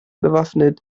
bewaffnet